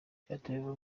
cyatumiwemo